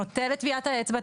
נוטל את טביעת האצבע,